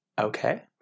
Okay